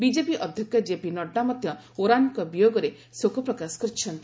BJP ଅଧ୍ୟକ୍ଷ ଜେପି ନଡ୍ରା ମଧ୍ୟ ଓରାନଙ୍କ ବିୟୋଗରେ ଶୋକପ୍ରକାଶ କରିଛନ୍ତି